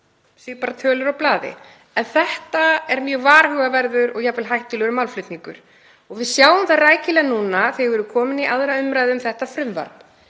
séu bara tölur á blaði. En þetta er mjög varhugaverður og jafnvel hættulegur málflutningur. Við sjáum það rækilega núna þegar við erum komin í 2. umr. um þetta frumvarp.